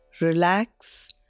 Relax